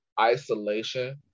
isolation